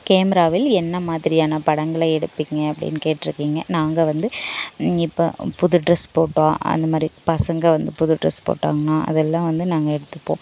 கேமராவில் என்ன மாதிரியான படங்களை எடுப்பீங்க அப்படின்னு கேட்ருக்கீங்க நாங்கள் வந்து இப்போ புது ட்ரெஸ் போட்டால் அந்தமாதிரி பசங்க வந்து புது ட்ரெஸ் போட்டாங்ன்னா அதெல்லாம் வந்து நாங்கள் எடுத்துப்போம்